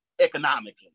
economically